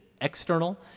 external